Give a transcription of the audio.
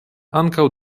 ankaŭ